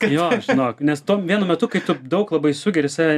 jo žinok nes to vienu metu kai tu daug labai sugeri į save